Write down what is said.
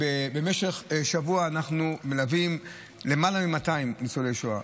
במשך שבוע אנחנו מלווים למעלה מ-200 ניצולי שואה.